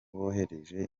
bohereje